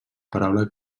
paraula